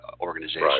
organization